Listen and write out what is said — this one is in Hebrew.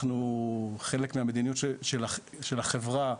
חלק מהמדיניות של החברה,